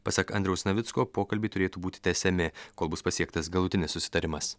pasak andriaus navicko pokalbiai turėtų būti tęsiami kol bus pasiektas galutinis susitarimas